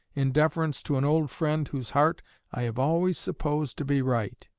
in deference to an old friend whose heart i have always supposed to be right.